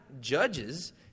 judges